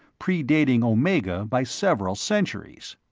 predating omega by several centuries.